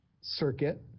Circuit